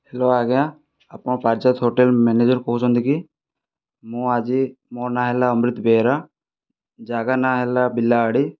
hello ଆଜ୍ଞା ଆପଣ Bajaj hotel manager କହୁଛନ୍ତିକି ମୁଁ ଆଜି ମୋ' ନାଁ ହେଲା ଅମ୍ରିତ୍ ବେହେରା ଜାଗା ନା ହେଲା ବିଲାଆଡ଼ି